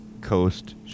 Coast